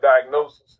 diagnosis